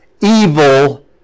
evil